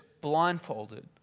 blindfolded